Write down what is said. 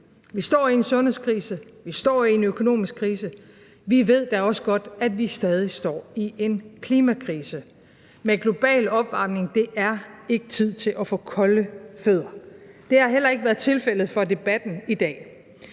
Vi står i en sundhedskrise, vi står i en økonomisk krise. Vi ved da også godt, at vi stadig står i en klimakrise med global opvarmning – det er ikke tid til at få kolde fødder. Det har heller ikke været tilfældet med debatten i dag.